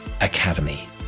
academy